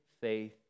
faith